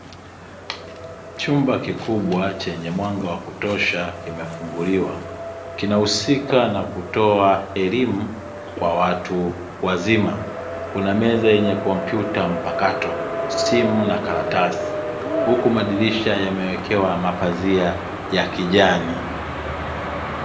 Chumba kikubwa chenye mwanga wa kutosha kimefunguliwa kinahusika na kutoa elimu kwa watu wazima, kuna meza yenye kompyuta mpakato, simu na karatasi huku madirisha yamewekewa mapazia ya kijani.